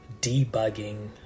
debugging